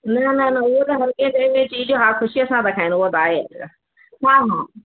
न न न उहो त हर कंहिं शइ में चीज आहे ख़ुशीअ सां खायनि ऐं उहो त आहे हा हा